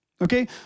Okay